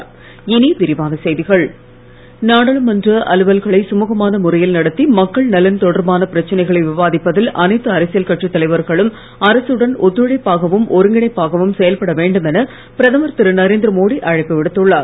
அனைத்துக் கட்சி நாடாளுமன்ற அலுவல்களை சுழுகமான முறையில் நடத்தி மக்கள் நலன் தொடர்பான பிரச்சனைகளை விவாதிப்பதில் அனைத்து அரசியல் கட்சித் தலைவர்களும் ஒத்துழைப்பாகவும் ஒருங்கிணைப்பாகவும் செயல்பட வேண்டும் என பிரதமர் திரு நரேந்திரமோடி அழைப்பு விடுத்துள்ளார்